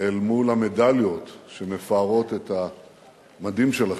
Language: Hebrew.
אל מול המדליות שמפארות את המדים שלכם,